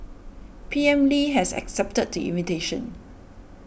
P M Lee has accepted the invitation